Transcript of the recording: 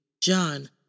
John